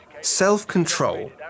Self-control